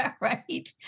Right